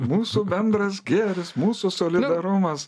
mūsų bendras gėris mūsų solidarumas